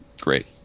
great